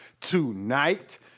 tonight